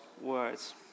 words